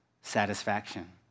satisfaction